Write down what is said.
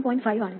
5 ആണ്